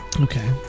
Okay